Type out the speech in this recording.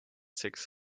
six